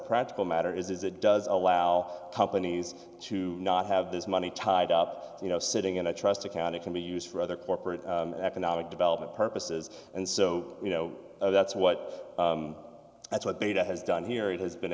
practical matter is it does allow companies to not have this money tied up you know sitting in a trust account it can be used for other corporate and economic development purposes and so you know that's what that's what beta has done here it has been